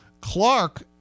Clark